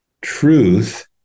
truth